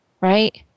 right